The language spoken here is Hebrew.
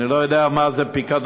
אני לא יודע מה זה פיקדון,